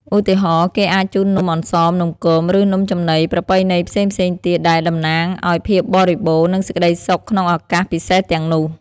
ឧទាហរណ៍ គេអាចជូននំអន្សម នំគម ឬនំចំណីប្រពៃណីផ្សេងៗទៀត ដែលតំណាងឲ្យភាពបរិបូរណ៍ និងសេចក្តីសុខក្នុងឱកាសពិសេសទាំងនោះ។